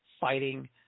fighting